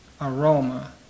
aroma